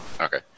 Okay